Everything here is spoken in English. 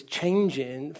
changing